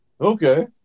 Okay